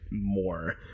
more